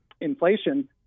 inflation